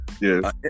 Yes